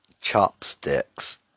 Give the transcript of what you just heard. chopsticks